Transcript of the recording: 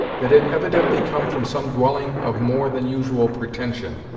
that had evidently come from some dwelling of more than usual pretension.